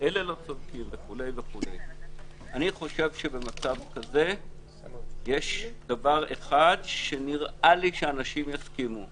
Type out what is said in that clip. אני חושב שבמצב כזה יש דבר אחד שנראה לי שאנשים יסכימו עליו,